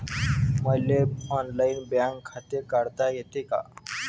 मले online bank खाते काढता येते का?